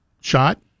shot